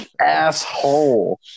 Asshole